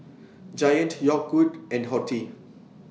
Giant Yogood and Horti